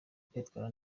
kwitwara